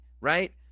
right